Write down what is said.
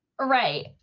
Right